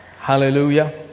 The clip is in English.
Hallelujah